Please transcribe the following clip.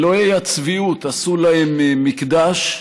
אלוהי הצביעות עשו להם מקדש,